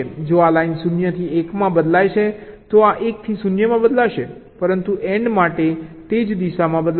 જો આ લાઈન 0 થી 1 માં બદલાય છે તો આ 1 થી 0 માં બદલાશે પરંતુ AND માટે તે જ દિશામાં બદલાશે